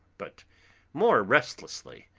but more restlessly,